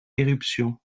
éruption